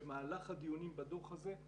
במהלך הדיונים בדוח הזה,